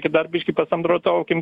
čia dar biškį pasamprotaukim